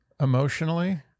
Emotionally